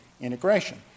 integration